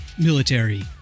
military